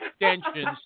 extensions